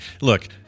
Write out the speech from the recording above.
Look